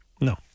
No